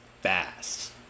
fast